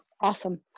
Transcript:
Awesome